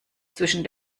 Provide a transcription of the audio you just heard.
zwischen